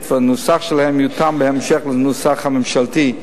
והנוסח שלהן יותאם בהמשך לנוסח הממשלתי.